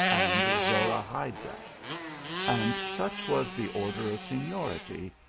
and zorahayda and such was the order of seniority,